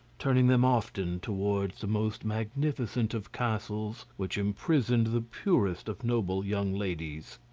turning them often towards the most magnificent of castles which imprisoned the purest of noble young ladies.